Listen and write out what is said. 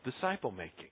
disciple-making